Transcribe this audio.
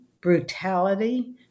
brutality